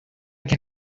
can